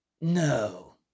No